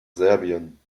serbien